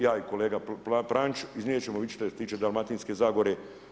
Ja i kolega Pranjić iznijet ćemo, vidjet ćete, što se tiče Dalmatinske zagore.